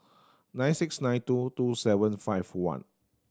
nine six nine two two seven five one